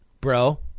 bro